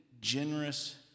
generous